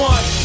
One